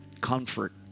comfort